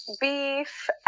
beef